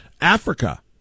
Africa